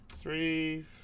Three